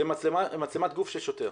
זו מצלמת גוף של שוטר.